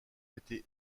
été